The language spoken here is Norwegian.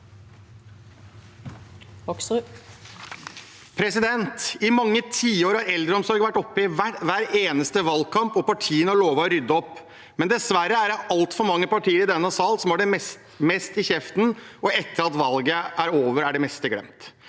nr. 4): I mange tiår har eldreomsorg vært oppe i hver eneste valgkamp, og partiene har lovet å rydde opp, men dessverre er det altfor mange partier i denne salen som har det mest i kjeften, og etter at valget er over, er det meste glemt.